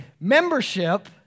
membership